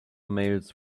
mails